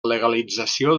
legalització